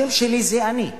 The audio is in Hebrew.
השם שלי זה אני,